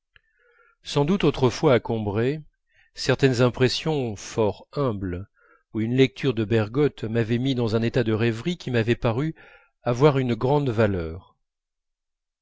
sans doute autrefois à combray certaines impressions fort humbles ou une lecture de bergotte m'avaient mis dans un état de rêverie qui m'avait paru avoir une grande valeur